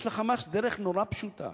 יש ל"חמאס" דרך נורא פשוטה: